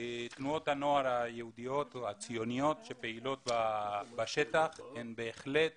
תנועות הנוער היהודיות או הציוניות שפעילות בשטח הן בהחלט